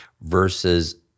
versus